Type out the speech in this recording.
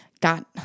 got